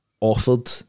offered